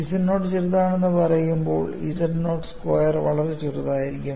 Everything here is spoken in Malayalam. z നോട്ട് ചെറുതാണെന്ന് പറയുമ്പോൾ z നോട്ട് സ്ക്വയർ വളരെ ചെറുതായിരിക്കും